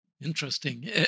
Interesting